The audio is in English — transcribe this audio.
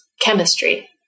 chemistry